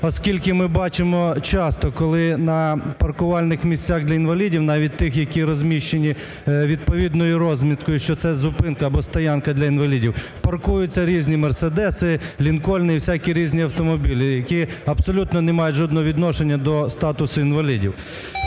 Оскільки ми бачимо часто, коли на паркувальних місцях для інвалідів, навіть тих, які розміщені відповідною розміткою, що це зупинка або стоянка для інвалідів, паркуються різні Мерседеси, Лінкольни і всякі різні автомобілі, які абсолютно не мають жодного відношення до статусу інвалідів.